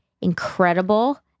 incredible